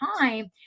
time